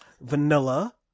vanilla